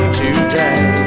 today